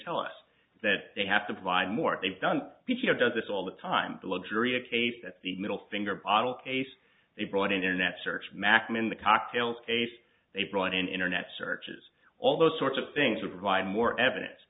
tell us that they have to provide more they've done p t o does this all the time the luxury of tape that's the middle finger bottle case they brought internet search maxim in the cocktail case they brought in internet searches all those sorts of things to provide more evidence